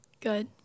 Good